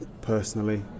personally